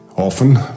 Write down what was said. Often